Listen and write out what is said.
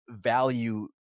value